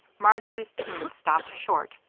marjory's tune stopped short,